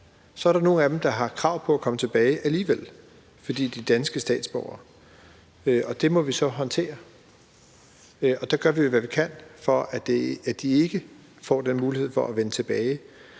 Så er der nogle af dem, der har krav på at komme tilbage alligevel, fordi de er danske statsborgere, og det må vi så håndtere, og der gør vi jo, hvad vi kan, for at de ikke får den mulighed for at vende tilbage,